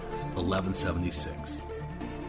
1176